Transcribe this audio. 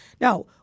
Now